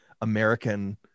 American